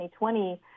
2020